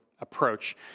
approach